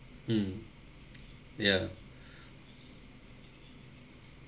mm ya